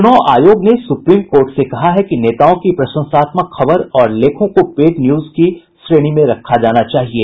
चुनाव आयोग ने सुप्रीम कोर्ट से कहा है कि नेताओं की प्रशंसात्मक खबर और लेखों को पेड न्यूज की श्रेणी में रखा जाना चाहिये